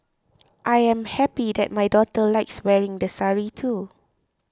I am happy that my daughter likes wearing the sari too